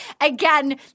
Again